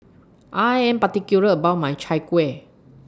I Am particular about My Chai Kuih